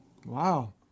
Wow